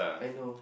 I know